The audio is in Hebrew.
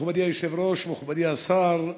מכובדי היושב-ראש, מכובדי השר,